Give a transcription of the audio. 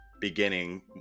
beginning